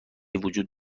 وجود